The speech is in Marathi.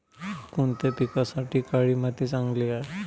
कोणत्या पिकासाठी काळी माती चांगली आहे?